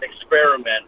experiment